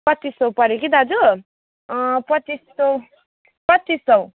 पच्चिस सौ पऱ्यो कि दाजु पच्चिस सौ पच्चिस सौ